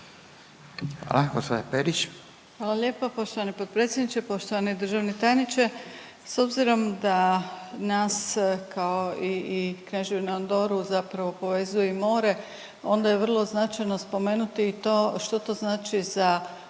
Grozdana (HDZ)** Hvala lijepo poštovani potpredsjedniče. Poštovani državni tajniče. S obzirom da nas kao i Kneževinu Andoru zapravo povezuje i more, onda je vrlo značajno spomenuti i to što to znači za recimo